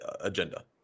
agenda